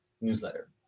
newsletter